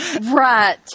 Right